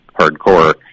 hardcore